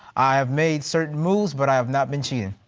i've made certain moves, but i've not been cheating.